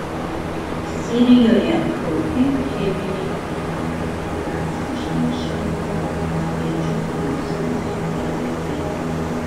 sirijoje kraupi cheminė ataka drastiškai išaugo aukų skaičius tarp žuvusių ir vaikai